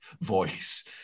voice